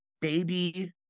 Baby